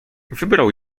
wybrał